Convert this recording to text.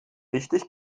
richtig